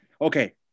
Okay